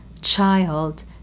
child